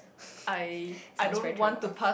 so I was very terrible um